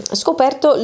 scoperto